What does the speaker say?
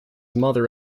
mother